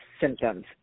symptoms